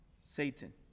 Satan